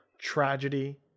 tragedy